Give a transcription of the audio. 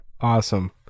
Awesome